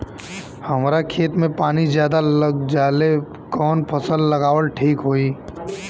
हमरा खेत में पानी ज्यादा लग जाले कवन फसल लगावल ठीक होई?